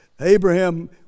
Abraham